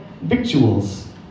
victuals